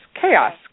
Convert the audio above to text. chaos